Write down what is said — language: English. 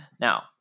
Now